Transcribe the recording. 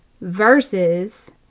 versus